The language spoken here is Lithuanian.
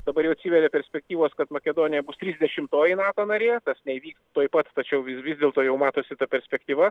dabar jau atsiveria perspektyvos kad makedonija bus trisdešimtoji nato narė tas neįvyks tuoj pat tačiau vis dėlto jau matosi ta perspektyva